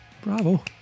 bravo